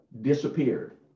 disappeared